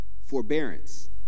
forbearance